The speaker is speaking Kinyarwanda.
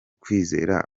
kwizera